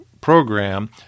program